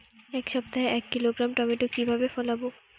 এক সপ্তাহে এক কিলোগ্রাম টমেটো কিভাবে ফলাবো?